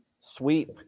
sweep